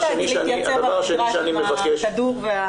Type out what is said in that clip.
מתי להתייצב במגרש עם הכדור והמדים?